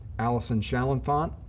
alison chaleunphonh,